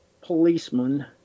policeman